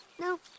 No